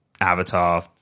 avatar